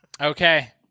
Okay